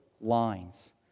lines